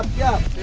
yeah,